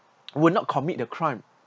will not commit the crime